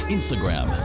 Instagram